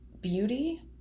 beauty